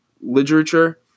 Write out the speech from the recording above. literature